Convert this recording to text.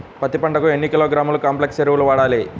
పత్తి పంటకు ఎన్ని కిలోగ్రాముల కాంప్లెక్స్ ఎరువులు వాడాలి?